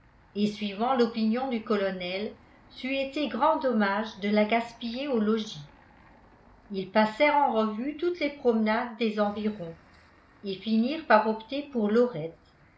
et suivant l'opinion du colonel c'eût été grand dommage de la gaspiller au logis ils passèrent en revue toutes les promenades des environs et finirent par opter pour lorette